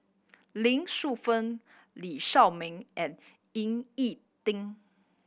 Lee Shu Fen Lee Shao Meng and Ying E Ding